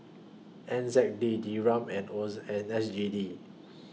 N Z D Dirham and was and S G D